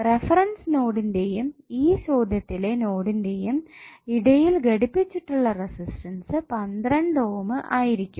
reference നോഡിന്റെയും ഈ ചോദ്യത്തിലെ നോഡിന്റെയും ഇടയിൽ ഘടിപ്പിച്ചിട്ടുള്ള റെസിസ്റ്റൻസ് 12 ഓം ആയിരിക്കും